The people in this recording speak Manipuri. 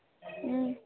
ꯎꯝ